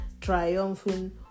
Triumphing